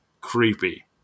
creepy